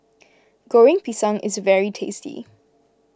Goreng Pisang is very tasty